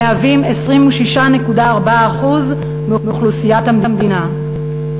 המהווים 26.4% מאוכלוסיית המדינה.